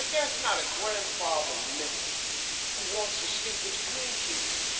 there's not a grandfather living who wants to sleep with their grandkids.